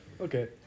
Okay